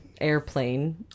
airplane